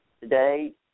Today